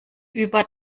über